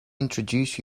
introduce